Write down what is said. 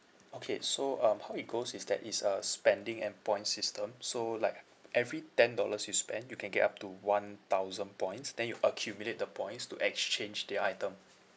okay so um how it goes is that it's a spending and points system so like every ten dollars you spend you can get up to one thousand points then you accumulate the points to exchange the item